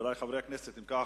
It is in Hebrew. חברי חברי הכנסת, אם כך,